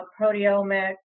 proteomics